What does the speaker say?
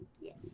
Yes